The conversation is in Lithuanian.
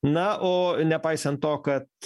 na o nepaisant to kad